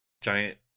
giant